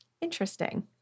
Interesting